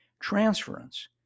Transference